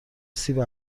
سیب